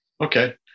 Okay